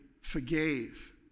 forgave